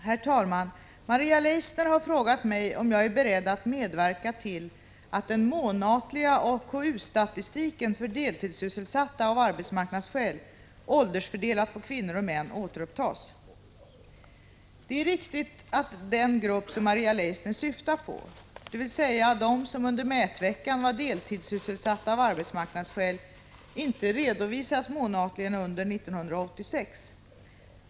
Herr talman! Maria Leissner har frågat mig om jag är beredd att medverka till att den månatliga AKU-statistiken för deltidssysselsatta av arbetsmarknadsskäl, åldersfördelat på kvinnor och män, återupptas. Det är riktigt att den grupp som Maria Leissner syftar på, dvs. de som under mätveckan var deltidssysselsatta av arbetsmarknadsskäl, inte redovisas månatligen under 1986.